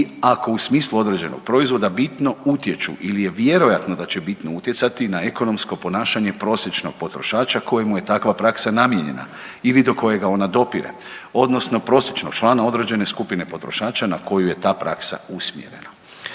ako u smislu određenog proizvoda bitno utječu ili je vjerojatno da će bitno utjecati na ekonomsko ponašanje prosječnog potrošača kojemu je takva praksa namijenjena ili do kojega ona dopire, odnosno prosječnog člana određene skupine potrošača na koju je ta praksa usmjerena.